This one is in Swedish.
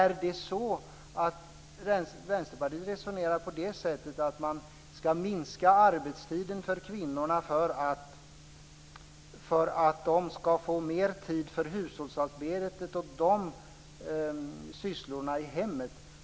Resonerar Vänsterpartiet på det sättet att man ska minska arbetstiden för kvinnorna för att de ska få mer tid för hushållsarbete och sysslor i hemmet?